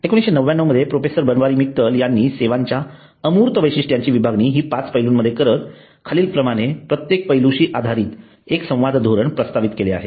1999 मध्ये प्रोफेसर बनवारी मित्तल यांनी सेवांच्या अमूर्त वैशिष्ट्यची विभागणी हि पाच पैलूंमध्ये करत खालीलप्रमाणे प्रत्येक पैलूंशी आधारित एक संवाद धोरण प्रस्तावित केले आहे